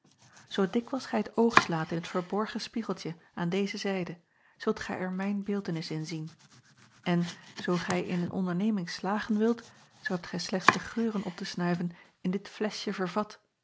oo dikwijls gij t oog slaat in het verborgen spiegeltje aan deze zijde zult gij er mijn beeltenis in zien en zoo gij in een onderneming slagen wilt zoo hebt gij slechts de geuren op te snuiven in dit fleschje vervat